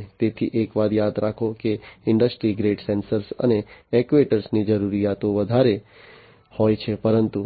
અને તેથી એક વાત યાદ રાખો કે ઇન્ડસ્ટ્રી ગ્રેડ સેન્સર અને એક્ટ્યુએટરની જરૂરિયાતો વધારે હોય છે પરંતુ